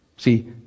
See